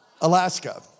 Alaska